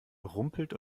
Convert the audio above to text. rumpelt